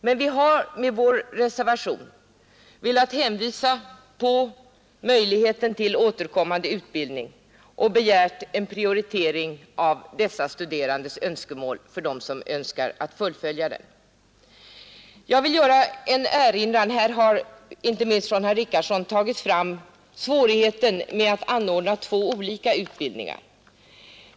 Men vi har med vår reservation velat hänvisa till möjligheten till återkommande utbildning och begärt en prioritering av dessa studerandes önskemål om de önskar fullfölja den. Jag vill göra en erinran. Här har, inte minst från herr Richardson, framhållits svårigheten att anordna två olika utbildningar.